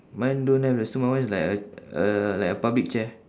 mine don't have the stool my one is like a a like a public chair